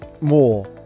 more